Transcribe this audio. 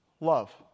Love